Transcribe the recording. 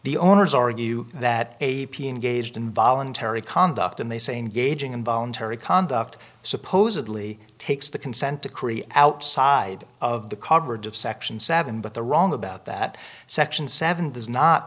the owners argue that a p a engaged in voluntary conduct and they same gaging involuntary conduct supposedly takes the consent decree outside of the coverage of section seven but the wrong about that section seven does not